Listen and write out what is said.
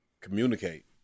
Communicate